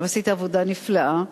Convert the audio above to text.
ועשית עבודה נפלאה.